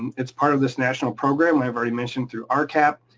it's part of this national program. i've already mentioned through um rcap,